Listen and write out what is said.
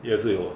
也是有